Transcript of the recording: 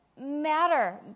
matter